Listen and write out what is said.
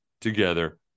together